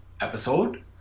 episode